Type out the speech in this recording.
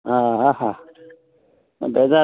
आं आं हां बेजार